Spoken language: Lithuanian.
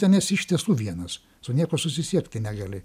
ten esi iš tiesų vienas su niekuo susisiekti negali